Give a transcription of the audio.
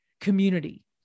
community